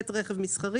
(ב) רכב מסחרי,